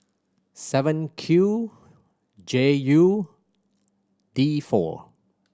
seven Q J U D four